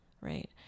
right